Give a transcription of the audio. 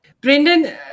Brendan